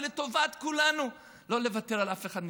ולטובת כולנו לא נוותר על אף אחד מחלקיה.